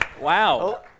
Wow